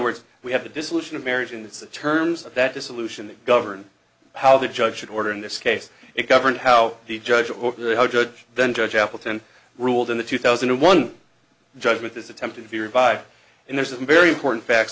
words we have the dissolution of marriage and that's the terms of that dissolution that govern how the judge should order in this case it governs how the judge or the judge then judge appleton ruled in the two thousand and one judgment is attempting to revive and there's a very important facts